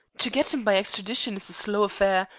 to get him by extradition is a slow affair,